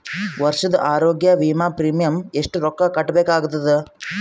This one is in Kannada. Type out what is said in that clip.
ವರ್ಷದ ಆರೋಗ್ಯ ವಿಮಾ ಪ್ರೀಮಿಯಂ ಎಷ್ಟ ರೊಕ್ಕ ಕಟ್ಟಬೇಕಾಗತದ?